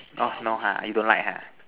orh no ha you don't like ha